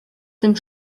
tym